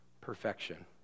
Perfection